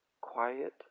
quiet